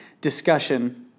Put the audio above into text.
discussion